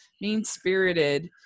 mean-spirited